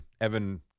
evan